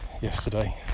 Yesterday